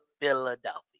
Philadelphia